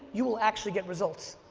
you will actually get results.